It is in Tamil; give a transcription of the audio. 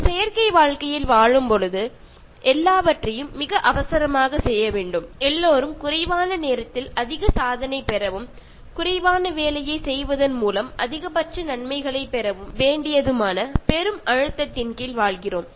நாம் செயற்கை வாழ்க்கையில் வாழும்போது எல்லாவற்றையும் மிக அவசரமாகச் செய்ய வேண்டும் எல்லோரும் குறைவான நேரத்தில் அதிக சாதனை பெறவும் குறைவான வேலையைச் செய்வதன் மூலம் அதிகபட்ச நன்மைகளைப் பெறவும் வேண்டியதுமான பெரும் அழுத்தத்தின் கீழ் வாழ்கிறோம்